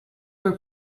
were